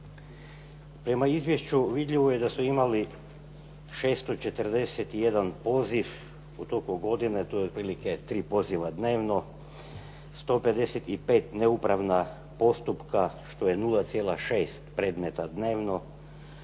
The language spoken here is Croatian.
Prema izvješću vidljivo je da su imali 641 poziv u toku godinu, to je otprilike 3 poziva dnevno, 155 neupravna postupka, što je 0,6 predmeta dnevno,